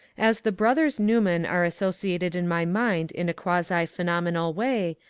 as the brothers newman are associated in my mind in a quasi-phenomenal way,